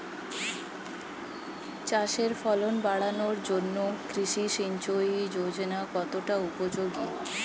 চাষের ফলন বাড়ানোর জন্য কৃষি সিঞ্চয়ী যোজনা কতটা উপযোগী?